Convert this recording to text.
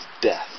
death